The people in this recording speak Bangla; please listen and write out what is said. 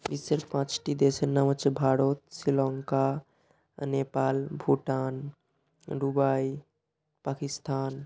বিশ্বের পাঁচটি দেশের নাম হচ্ছে ভারত শ্রীলঙ্কা নেপাল ভুটান দুবাই পাকিস্তান